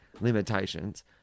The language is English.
limitations